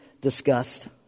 discussed